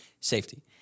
safety